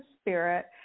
spirit